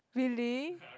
really